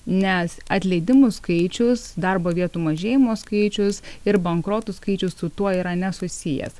nes atleidimų skaičius darbo vietų mažėjimo skaičius ir bankrotų skaičius su tuo yra nesusijęs